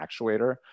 actuator